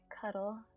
cuddle